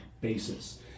basis